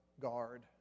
guard